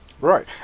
Right